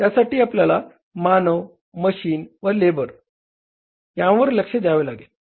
त्यासाठी आपल्याला मानव मशीन व लेबरवर लक्ष द्यावे लागेल